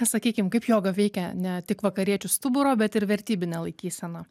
sakykim kaip joga veikia ne tik vakariečių stuburo bet ir vertybinę laikyseną